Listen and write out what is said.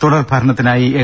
തുടർ ഭരണത്തിനായി എൽ